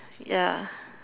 ya